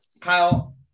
Kyle